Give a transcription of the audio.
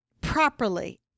properly